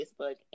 Facebook